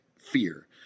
Fear